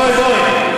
בואי, בואי.